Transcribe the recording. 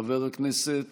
חבר הכנסת